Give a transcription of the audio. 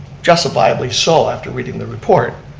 justifiably so after reading the report,